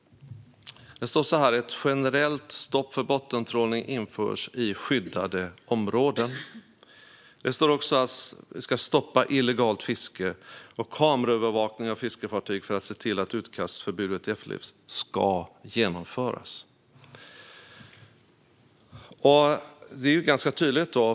Det står att "ett generellt stopp för bottentrålning införs i skyddade områden". Det står också att man "ska stoppa illegalt fiske" och att "kameraövervakning av fiskefartyg för att se till att utkastförbudet efterlevs ska genomföras". Det är ganska tydligt.